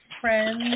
friends